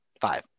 Five